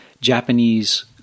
Japanese